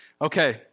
Okay